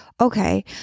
okay